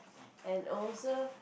and also